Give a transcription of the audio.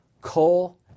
coal